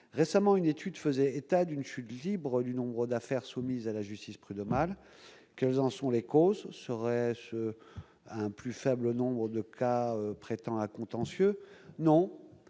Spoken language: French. récente fait état d'une chute libre du nombre d'affaires soumises à la justice prud'homale. Quelles en sont les causes ? Est-ce le signe qu'un plus faible nombre de cas prêtent à contentieux ? Non